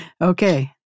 Okay